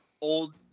old